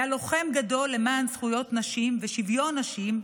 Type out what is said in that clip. היה לוחם גדול למען זכויות נשים ושוויון נשים,